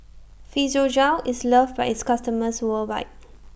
Physiogel IS loved By its customers worldwide